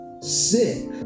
Sick